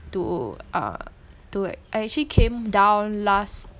to uh to I actually came down last